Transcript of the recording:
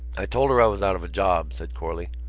i told her i was out of a job, said corley.